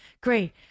great